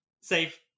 safe